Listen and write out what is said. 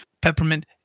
Peppermint